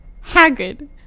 haggard